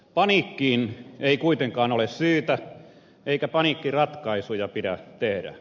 paniikkiin ei kuitenkaan ole syytä eikä paniikkiratkaisuja pidä tehdä